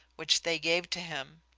which they gave to him.